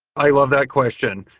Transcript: i love that question.